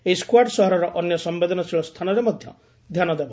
ଏହି ସ୍ବାର୍ଡ୍ ସହରର ଅନ୍ୟ ସମ୍ଭେଦନଶୀଳ ସ୍ଥାନରେ ମଧ୍ଧ ଧ୍ଧାନ ଦେବ